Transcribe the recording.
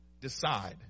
decide